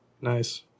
Nice